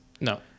No